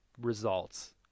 results